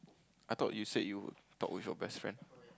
I thought you said you would talk with your best friend